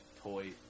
toy